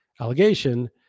allegation